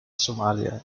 somalia